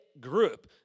group